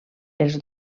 els